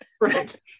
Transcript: Right